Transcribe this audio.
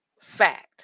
fact